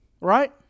Right